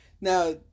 Now